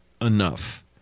enough